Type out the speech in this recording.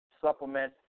supplement